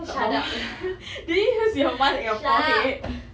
shut up lah shut up